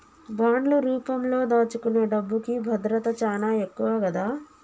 బాండ్లు రూపంలో దాచుకునే డబ్బుకి భద్రత చానా ఎక్కువ గదా